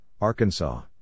Arkansas